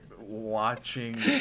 watching